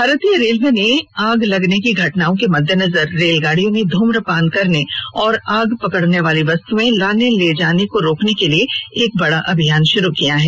भारतीय रेलवे ने आग लगने की घटनाओं के मद्देनजर रेलगाडियों में ध्रम्रपान करने और आग पकडने वाली वस्तुए लाने ले जाने को रोकने के लिए एक बडा अभियान शुरू किया है